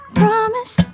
promise